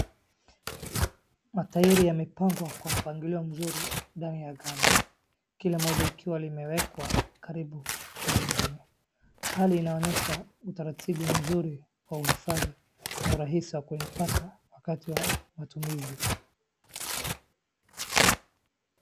Matairi yamepangwa kw ampangilio mzuri ndani ya gala kila moja likiwa limewekwa karibu na lingine. Hali inaonyesha utaratibu mzuri wa uhifadhi na urahisi wa kuyapata wakati wa matumizi.